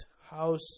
house